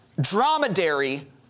dromedary